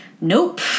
nope